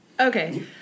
Okay